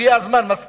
הגיע הזמן, מספיק.